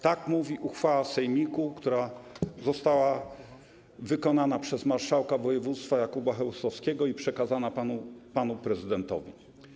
Tak mówi uchwała sejmiku, która została wykonana przez marszałka województwa Jakuba Chełstowskiego i przekazana panu prezydentowi.